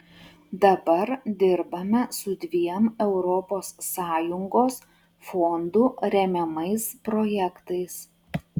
dabar dirbame su dviem europos sąjungos fondų remiamais projektais